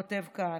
כותב כהנא.